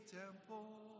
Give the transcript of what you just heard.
temple